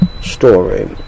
story